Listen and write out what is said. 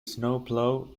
snowplow